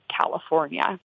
California